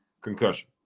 Concussion